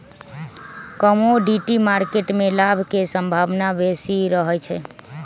commodity market में लाभ के संभावना बेशी रहइ छै